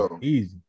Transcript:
Easy